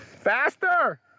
Faster